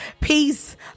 Peace